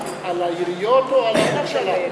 על העיריות או על הממשלה?